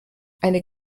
eine